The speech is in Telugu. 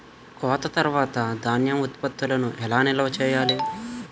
కోత తర్వాత ధాన్యం ఉత్పత్తులను ఎలా నిల్వ చేయాలి?